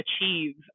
achieve